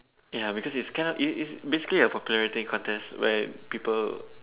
ya because it's kinda it it's basically a popularity contest where people